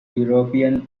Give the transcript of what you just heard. european